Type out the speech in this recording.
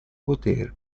poter